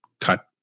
cut